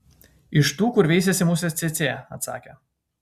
iš tų kur veisiasi musės cėcė atsakė